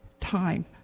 time